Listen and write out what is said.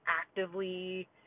actively